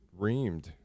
reamed